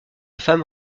femme